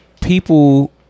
people